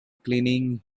cleaning